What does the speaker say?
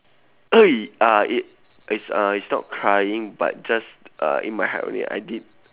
eh ah it it's uh it's not crying but just uh in my heart already I did